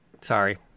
Sorry